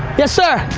yes sir.